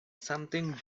something